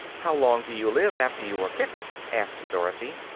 how long do you live, after you are picked? asked dorothy.